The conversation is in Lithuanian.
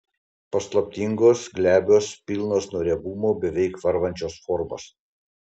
paslaptingos glebios pilnos nuo riebumo beveik varvančios formos